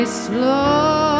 slow